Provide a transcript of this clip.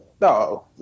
No